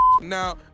Now